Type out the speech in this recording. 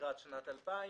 לקראת שנת אלפיים,